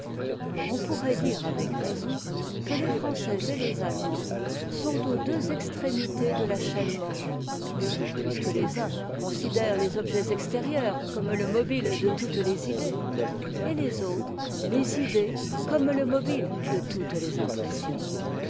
on pourrait dire avec raison que les'français et les allemands sont aux deux extrémités de la chainc morale puisque les uns considèrent les objets extérieurs comme le mobile de toutes les idées et les autres les idées comme le mobile de toutes les impressions